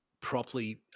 properly